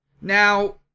now